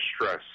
stress